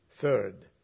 Third